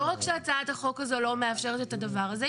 לא רק שהצעת החוק הזאת לא מאפשרת את הדבר הזה,